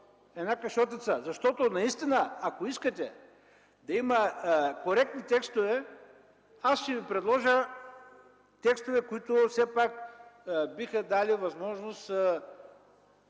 Една кашотица. Ако наистина искате да има коректни текстове, ще Ви предложа текстове, които все пак биха дали възможност